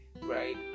right